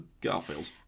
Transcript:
Garfield